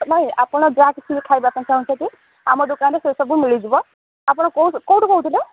ନାଇ ଆପଣ ଯାହା କିଛି ଖାଇବା ପାଇଁ ଚାହୁଁଛନ୍ତି ଆମ ଦୋକାନରେ ସେସବୁ ମିଳିଯିବ ଆପଣ କୋଉ କୋଉଠୁ କହୁଥିଲେ